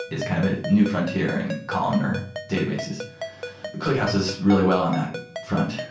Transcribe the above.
is kind of a new frontier in columnar databases. but clickhouse is really well on that front.